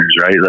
right